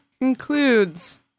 includes